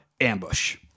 Ambush